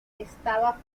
estaba